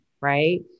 right